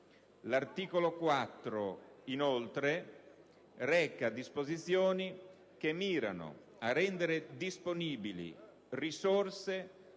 L'articolo 4, inoltre, reca disposizioni che mirano a rendere disponibili risorse